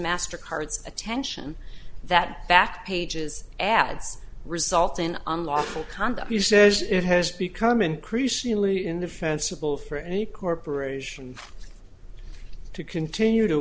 master card's attention that back pages ads result in unlawful conduct he says it has become increasingly in the fence a poll for any corporation to continue to